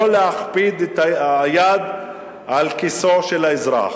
לא להכביד את היד על כיסו של האזרח.